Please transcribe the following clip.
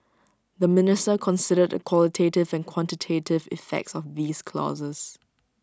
the minister considered the qualitative and quantitative effects of these clauses